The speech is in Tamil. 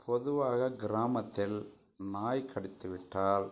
பொதுவாக கிராமத்தில் நாய் கடித்து விட்டால்